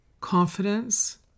confidence